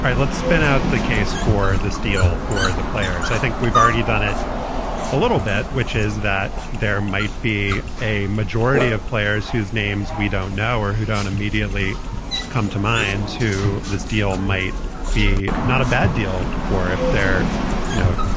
let's spin out the case for this deal for the players. i think we've already done it a little bit, which is that there might be a majority of players whose names we don't know or who don't immediately come to mind to this deal might be not a bad deal for if they're you know,